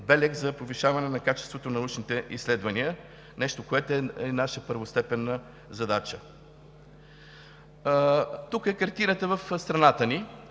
белег за повишаване на качеството на научните изследвания, което е наша първостепенна задача. Тук е картината в страната ни.